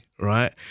Right